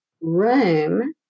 room